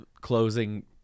closing